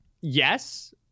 yes